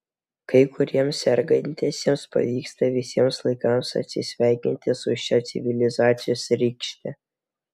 kai kuriems sergantiesiems pavyksta visiems laikams atsisveikinti su šia civilizacijos rykšte